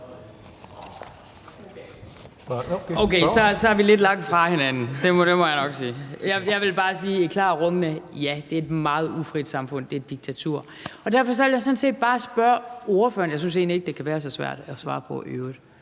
Okay, så er vi lidt langt fra hinanden; det må jeg nok sige. Jeg vil bare sige et klart, rungende ja. Det er et meget ufrit samfund; det er et diktatur. Derfor vil jeg sådan set bare spørge ordføreren om noget, og jeg synes egentlig ikke, at det kan være så svært at svare på i øvrigt.